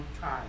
time